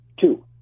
Two